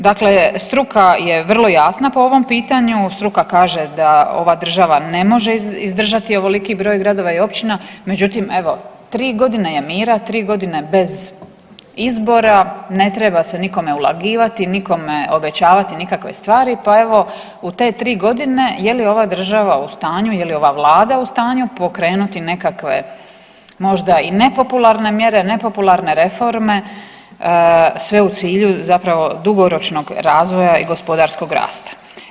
Dakle, struka je vrlo jasna po ovom pitanju, struka kaže da ova država ne može izdržati ovoliki broj gradova i općina, međutim, evo, 3 godine je mira, 3 godine bez izbora, ne treba se nikome ulagivati, nikome obećavati nikakve stvari pa evo, u te 3 godine, je li ova država u stanju, je li ova Vlada u stanju pokrenuti nekakve možda i nepopularne mjere, nepopularne reforme, sve u cilju zapravo dugoročnog razvoja i gospodarskog rasta?